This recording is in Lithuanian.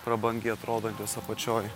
prabangiai atrodantis apačioj